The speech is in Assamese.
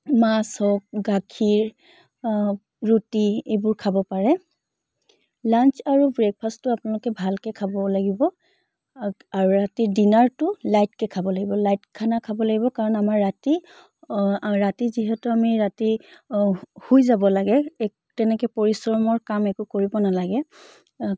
মাছ হওক গাখীৰ ৰুটি এইবোৰ খাব পাৰে লান্স আৰু ব্ৰেকফাষ্টটো আপোনালোকে ভালকৈ খাব লাগিব আৰু ৰাতি ডিনাৰটো লাইটকৈ খাব লাগিব লাইট খানা খাব লাগিব কাৰণ আমাৰ ৰাতি ৰাতি যিহেতু আমি ৰাতি শুই যাব লাগে এ তেনেকৈ পৰিশ্ৰমৰ কাম একো কৰিব নালাগে